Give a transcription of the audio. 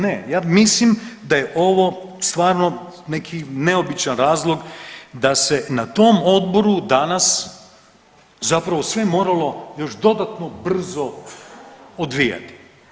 Ne, ja mislim da je ovo stvarno neki neobičan razlog da se na tom odboru danas zapravo sve moralo još dodatno brzo odvijati.